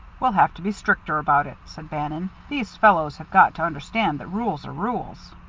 we'll have to be stricter about it, said bannon. these fellows have got to understand that rules are rules.